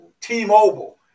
T-Mobile